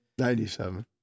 97